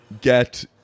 get